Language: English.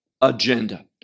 agenda